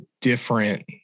different